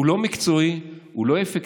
הוא לא מקצועי, הוא לא אפקטיבי.